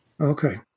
Okay